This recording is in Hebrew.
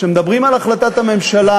כשמדברים על החלטת הממשלה,